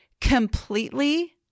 completely